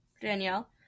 Danielle